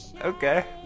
okay